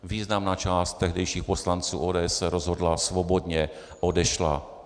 Významná část tehdejších poslanců ODS se rozhodla, svobodně odešla.